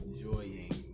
enjoying